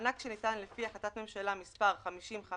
מענק שניתן לפי החלטת ממשלה מספר 5015